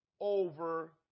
over